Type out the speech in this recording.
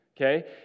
okay